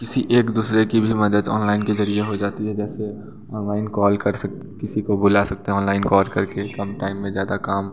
किसी एक दूसरे की भी मदद ऑनलाइन के ज़रिए हो जाती है जैसे ऑनलाइन कॉल कर सकते किसी को बुला सकते हैं ऑनलाइन कॉल कर के कम टाइम में ज़्यादा काम